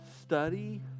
study